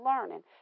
learning